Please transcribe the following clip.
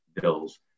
bills